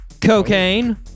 cocaine